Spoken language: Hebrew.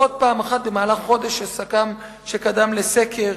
לפחות פעם אחת במהלך החודש שקדם לסקר,